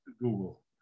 Google